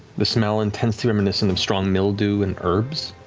the smell intensely reminiscent of strong mildew and herbs,